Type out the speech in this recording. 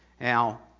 Now